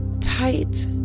tight